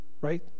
right